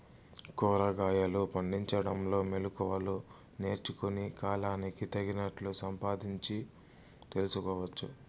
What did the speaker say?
కూరగాయలు పండించడంలో మెళకువలు నేర్చుకుని, కాలానికి తగినట్లు సంపాదించు తెలుసుకోవచ్చు